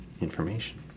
information